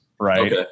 right